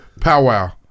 Powwow